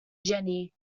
jenny